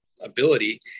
ability